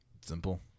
simple